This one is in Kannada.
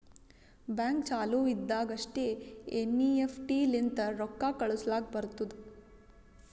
ಬ್ಯಾಂಕ್ ಚಾಲು ಇದ್ದಾಗ್ ಅಷ್ಟೇ ಎನ್.ಈ.ಎಫ್.ಟಿ ಲಿಂತ ರೊಕ್ಕಾ ಕಳುಸ್ಲಾಕ್ ಬರ್ತುದ್